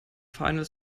final